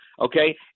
okay